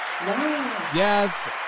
Yes